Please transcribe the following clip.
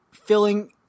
Filling